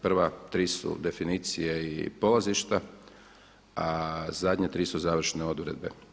Prva tri su definicije i polazišta, a zadnja tri su završene odredbe.